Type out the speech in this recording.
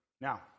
Now